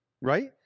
Right